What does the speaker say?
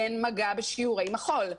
אין מגע בשיעורי מחול.